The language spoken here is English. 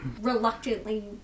reluctantly